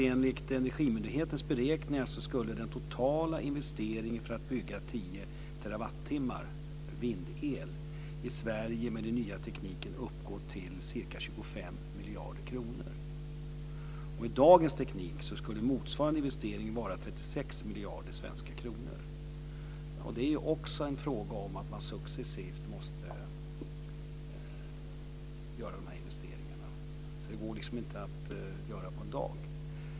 Enligt Energimyndighetens beräkningar skulle den totala investeringen för att bygga tio terrawattimmar vindel i Sverige med den nya tekniken uppgå till ca 25 miljarder kronor. Med dagens teknik skulle motsvarande investering vara 36 miljarder kronor. Det är också en fråga om att man måste göra de här investeringarna successivt. Det går inte att göra på en dag.